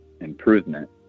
improvement